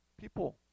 people